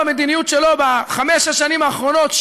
במדיניות שלו בחמש-שש השנים האחרונות,